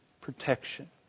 protection